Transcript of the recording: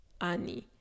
Annie